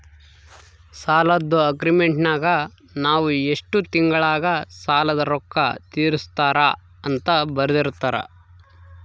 ಸಾಲದ್ದು ಅಗ್ರೀಮೆಂಟಿನಗ ನಾವು ಎಷ್ಟು ತಿಂಗಳಗ ಸಾಲದ ರೊಕ್ಕ ತೀರಿಸುತ್ತಾರ ಅಂತ ಬರೆರ್ದಿರುತ್ತಾರ